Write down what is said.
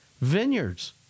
vineyards